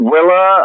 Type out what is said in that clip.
Willa